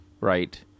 right